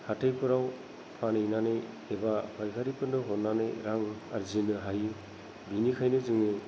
हाथाइफोराव फानहैनानै एबा फाइखारिफोरनो हरनानै रां आरजिनो हायो बेनिखायनो जोङो